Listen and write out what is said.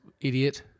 idiot